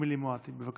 אמילי מואטי, בבקשה.